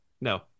no